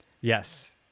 Yes